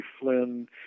Flynn